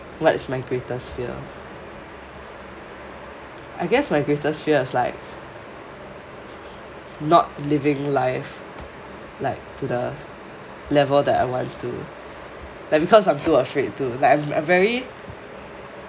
what is my greatest fear I guess my greatest fear is like not living life like to the level that I want to that like because I too afraid to like I'm very